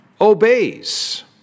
obeys